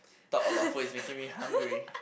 talk about food is making me hungry